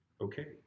okay